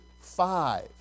Five